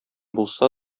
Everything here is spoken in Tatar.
булса